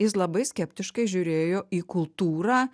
jis labai skeptiškai žiūrėjo į kultūrą